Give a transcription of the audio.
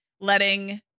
letting